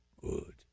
good